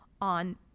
on